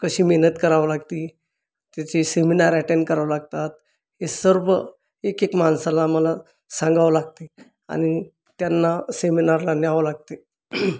कशी मेहनत करावं लागती त्याची सेमिनार अटेंड करावं लागतात हे सर्व एक एक माणसाला मला सांगावं लागते आणि त्यांना सेमिनारला न्यावं लागते